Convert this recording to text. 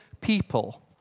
people